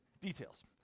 Details